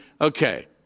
Okay